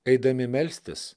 eidami melstis